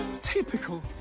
Typical